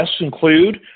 include